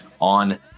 on